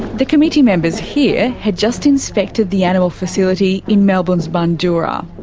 the committee members here had just inspected the animal facility in melbourne's bundoora.